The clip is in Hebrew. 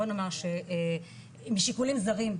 בוא נאמר עם שיקולים זרים,